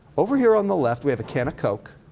over here on the left we have a can of coke.